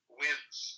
wins